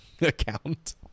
account